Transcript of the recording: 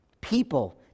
people